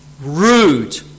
rude